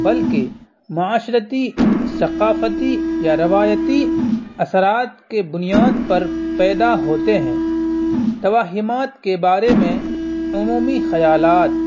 بلکہ معاشرتی ثقافتی یا روایتی اثرات کے بنیاد پر پیدا ہوتے ہیں توہمات کے بارے میں عمومی خیالات